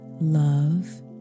love